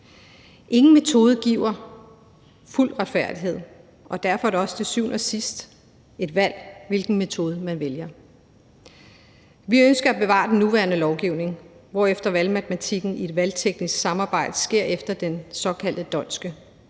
Ingen metode giver fuld retfærdighed, og derfor er det også til syvende og sidst et valg, hvilken metode man vælger. Vi ønsker at bevare den nuværende lovgivning, hvorefter valgmatematikken i et valgteknisk samarbejde sker efter den såkaldte d'Hondtske